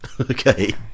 Okay